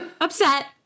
upset